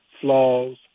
flaws